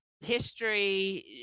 history